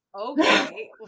okay